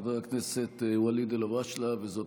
חבר הכנסת ואליד אלהואשלה, וזאת